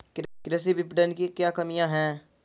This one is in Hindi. कृषि विपणन की क्या कमियाँ हैं?